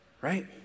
Right